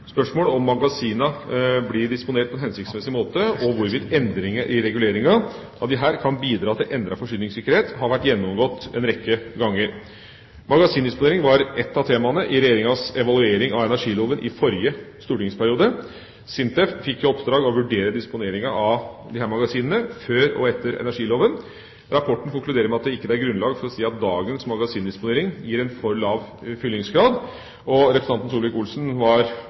om magasinene blir disponert på en hensiktsmessig måte og hvorvidt endringer i reguleringa av disse kan bidra til endret forsyningssikkerhet, har vært gjennomgått en rekke ganger. Magasindisponering var ett av temaene i Regjeringas evaluering av energiloven i forrige stortingsperiode. SINTEF fikk i oppdrag å vurdere disponeringa av disse magasinene før og etter energiloven. Rapporten konkluderer med at det ikke er grunnlag for å si at dagens magasindisponering gir en for lav fyllingsgrad. Representanten Solvik-Olsen var